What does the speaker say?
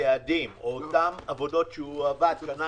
יעדים או אותם עבודות שהוא עבד שנה